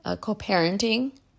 co-parenting